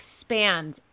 expand